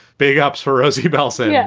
big ups for rosie bellson, yeah